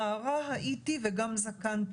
נערה הייתי וגם זקנתי,